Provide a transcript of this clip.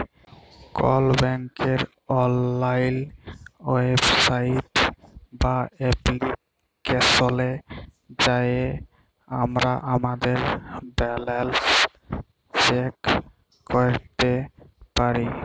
call ব্যাংকের অললাইল website বা এপ্লিকেশলে যাঁয়ে আমরা আমাদের ব্যাল্যাল্স চ্যাক ক্যইরতে পারি